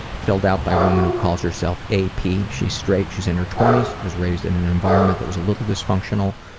filled out by a woman who calls herself a. p. she's straight, she's in her twenty s, was raised in an environment that was a little dysfunctional,